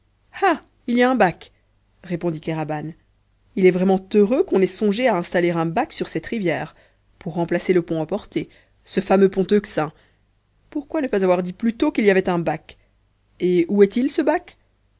il y a un bac répondit kéraban il est vraiment heureux qu'on ait songé à installer un bac sur cette rivière pour remplacer le pont emporté ce fameux pont euxin pourquoi ne pas avoir dit plus tôt qu'il y avait un bac et où est-il ce bac